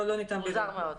לא ניתן הסבר.